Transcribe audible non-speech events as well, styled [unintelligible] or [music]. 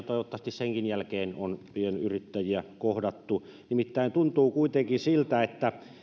[unintelligible] toivottavasti senkin jälkeen on pienyrittäjiä kohdattu nimittäin tuntuu kuitenkin siltä että